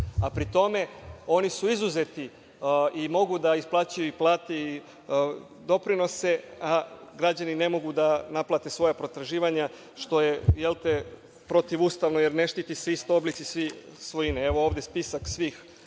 Pri tome, oni su izuzeti i mogu da isplaćuju i plate i doprinose, a građani ne mogu da naplate svoja potraživanja, što je protivustavno, jer ne štite se svi oblici svojine. Evo, ovde spisak svih